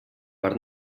per